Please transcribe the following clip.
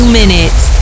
minutes